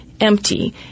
empty